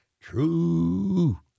True